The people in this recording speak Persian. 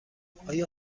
آیا